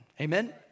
Amen